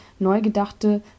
neugedachte